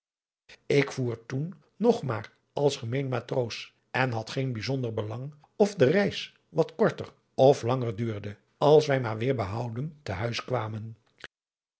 ik voer toen nog maar als gemeen matroos en had geen bijzonder belang of de reis wat korter of langer duurde als wij maar weêr behouden te huis kwamen